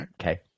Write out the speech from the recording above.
Okay